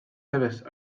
seves